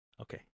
Okay